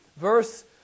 verse